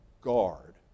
guard